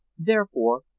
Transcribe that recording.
therefore,